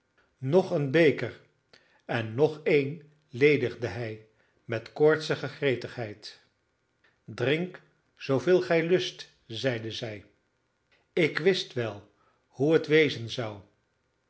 nog een beker en nog een ledigde hij met koortsige gretigheid drink zooveel gij lust zeide zij ik wist wel hoe het wezen zou